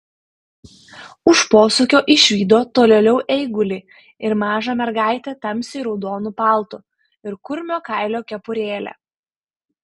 už posūkio išvydo tolėliau eigulį ir mažą mergaitę tamsiai raudonu paltu ir kurmio kailio kepurėle